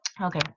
okay